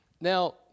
Now